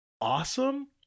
awesome